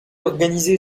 organisé